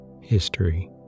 History